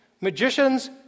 Magicians